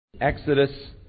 Exodus